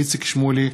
איציק שמולי,